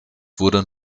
wurde